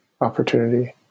opportunity